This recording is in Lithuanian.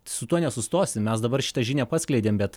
su tuo nesustosim mes dabar šitą žinią paskleidėme bet